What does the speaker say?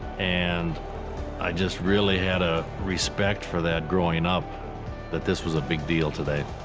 and i just really had a respect for that growing up that this was a big deal today.